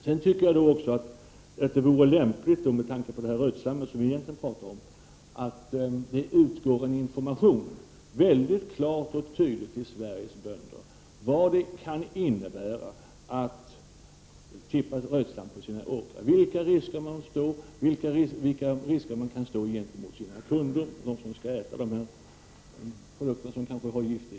Med tanke på rötslammet, vilket är det vi egentligen talar om, vore det lämpligt att det till Sveriges bönder går ut en information, som klart och tydligt talar om vad det kan innebära att tippa rötslam på sina åkrar. Man skall tala om vilka risker som finns och vilket, ansvar bönderna har gentemot sina kunder, de som skall äta de produkter som kanske har gift i sig.